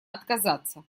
отказаться